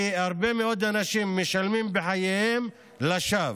כי הרבה מאוד אנשים משלמים בחייהם לשווא.